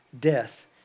death